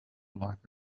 life